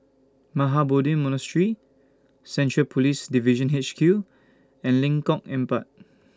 Mahabodhi Monastery Central Police Division H Q and Lengkok Empat